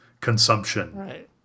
consumption